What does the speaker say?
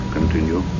Continue